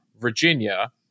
Virginia